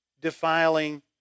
defiling